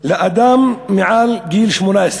לאדם מעל גיל 18,